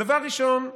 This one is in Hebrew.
דבר ראשון,